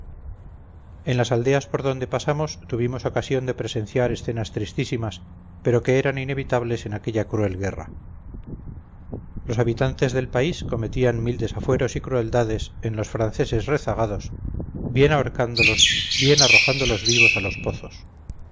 en las aldeas por donde pasamos tuvimos ocasión de presenciar escenas tristísimas pero que eran inevitables en aquella cruel guerra los habitantes del país cometían mil desafueros y crueldades en los franceses rezagados bien ahorcándolos bien arrojándolos vivos a los pozos